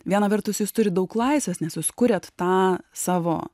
viena vertus jis turi daug laisvės nes jūs kuriat tą savo